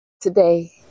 Today